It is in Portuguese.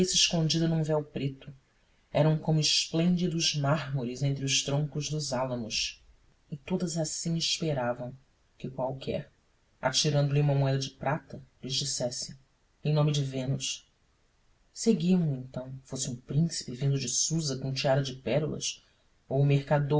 escondida num véu preto eram como esplêndidos mármores entre os troncos dos álamos e todas assim esperavam que qualquer atirando-lhe uma moeda de prata lhes dissesse em nome de vênus seguiam no então fosse um príncipe vindo de susa com tiara de pérolas ou o mercador